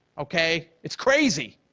okay? it's crazy.